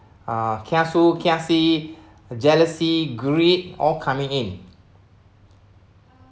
ah kiasu kiasi jealousy greed all coming in